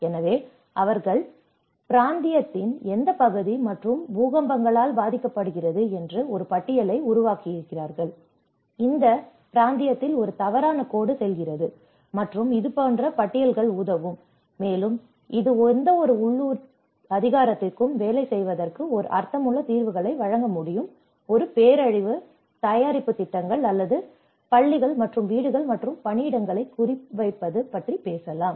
எனவே அவர்கள் பிராந்தியத்தின் எந்தப் பகுதி மற்றும் பூகம்பங்களால் பாதிக்கப்படுகிறார்கள் என்று ஒரு பட்டியலை உருவாக்குகிறார்கள் ஏனெனில் அந்த பிராந்தியத்தில் ஒரு தவறான கோடு செல்கிறது மற்றும் இதுபோன்ற பட்டியல்கள் உதவும் மேலும் இது எந்தவொரு உள்ளூர் அதிகாரத்திற்கும் வேலை செய்வதற்கு ஒரு அர்த்தமுள்ள தீர்வுகளை வழங்க முடியும் ஒரு பேரழிவு தயாரிப்பு திட்டங்கள் அல்லது பள்ளிகள் மற்றும் வீடுகள் மற்றும் பணியிடங்களை குறிவைப்பது பற்றி பேசலாம்